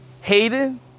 Hayden